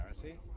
charity